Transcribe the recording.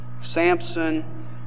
Samson